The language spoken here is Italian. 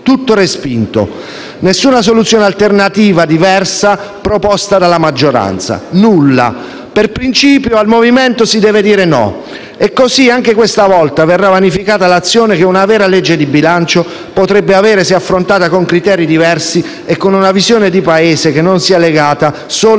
Tutto respinto! Nessuna soluzione alternativa, diversa proposta dalla maggioranza. Nulla. Per principio al Movimento 5 Stelle si deve dire no! E così anche questa volta, verrà vanificata l'azione che una vera legge di bilancio potrebbe avere se affrontata con criteri diversi e con una visione di Paese che non sia legata solo